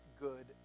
good